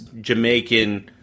Jamaican